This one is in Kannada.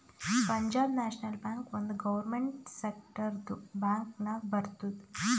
ಪಂಜಾಬ್ ನ್ಯಾಷನಲ್ ಬ್ಯಾಂಕ್ ಒಂದ್ ಗೌರ್ಮೆಂಟ್ ಸೆಕ್ಟರ್ದು ಬ್ಯಾಂಕ್ ನಾಗ್ ಬರ್ತುದ್